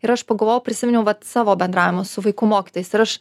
ir aš pagalvojau prisiminiau vat savo bendravimo su vaikų mokytojais ir aš